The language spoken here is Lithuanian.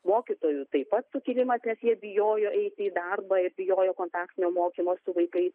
mokytojų taip pat sukilimas nes jie bijojo eiti į darbą ir bijojo kontaktinio mokymo su vaikais